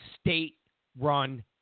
state-run